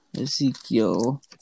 Ezekiel